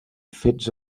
fets